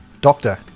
doctor